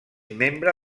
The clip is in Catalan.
membre